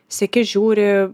seki žiūri